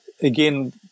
again